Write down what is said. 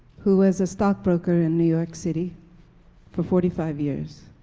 who was a stockbroker in new york city for forty five years,